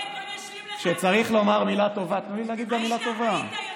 תנו לי להגיד גם מילה טובה.